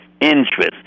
Interest